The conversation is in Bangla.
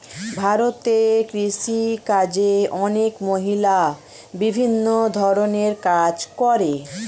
ভারতে কৃষিকাজে অনেক মহিলা বিভিন্ন ধরণের কাজ করে